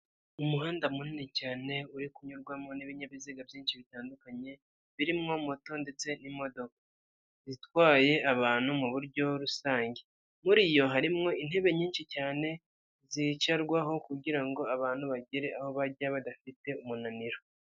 Umuhanda munini cyane uri kunyurwamo n'ibinyabiziga byinshi bitandukanye birimo moto ndetse n'imodoka zitwaye abantu mu buryo rusange muri yo harimo intebe nyinshi cyane zicarwaho kugira ngo abantu bagere aho bajya badafite umunaniro.